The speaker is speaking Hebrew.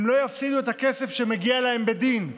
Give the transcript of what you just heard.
הם לא יפסידו את הכסף שמגיע להם בדין.